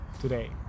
today